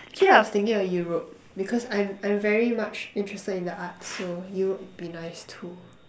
actually I was thinking of Europe because I'm I'm very much interested in the arts so Europe would be nice too